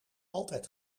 altijd